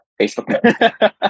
Facebook